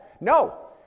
No